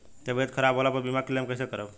तबियत खराब होला पर बीमा क्लेम कैसे करम?